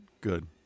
Good